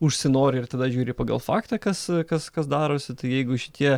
užsinori ir tada žiūri pagal faktą kas kas kas darosi tai jeigu šitie